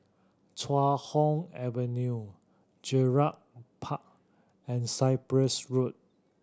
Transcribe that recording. Chuan Hoe Avenue Gerald Park and Cyprus Road